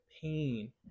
pain